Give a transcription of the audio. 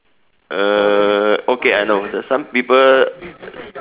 err okay I know there's some people